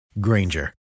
Granger